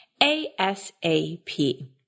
ASAP